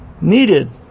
needed